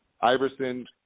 Iverson